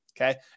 okay